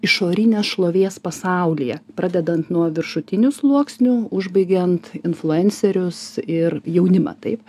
išorinės šlovės pasaulyje pradedant nuo viršutinių sluoksnių užbaigiant influencerius ir jaunimą taip